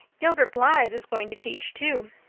gilbert blythe is going to teach, too.